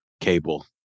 cable